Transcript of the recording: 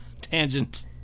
tangent